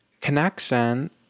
connection